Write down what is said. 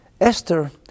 Esther